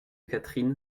catherine